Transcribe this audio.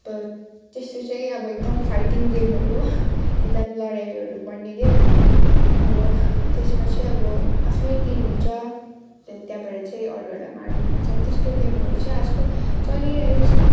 अब त्यस्तो चाहिँ अब एकदम फाइटिङ गेमहरू हो एकदम लडाइँहरू पर्ने गेम अब त्यसमा चाहिँ अब आफ्नै टिम हुन्छ तेन् त्यहाँबाट चाहिँ अरूहरूलाई मार्नु पर्छ त्यस्तो गेमहरू चाहिँ आजकल चलिरहेछ